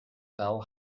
fell